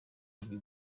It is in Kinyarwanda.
ibi